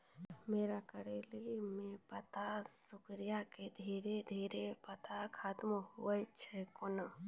मरो करैली म पत्ता सिकुड़ी के धीरे धीरे पत्ता खत्म होय छै कैनै?